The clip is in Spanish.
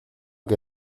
que